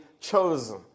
chosen